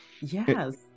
Yes